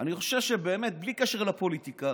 אני חושב שבאמת, בלי קשר לפוליטיקה,